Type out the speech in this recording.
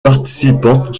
participantes